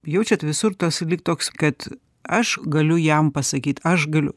jaučiat visur tas lyg toks kad aš galiu jam pasakyt aš galiu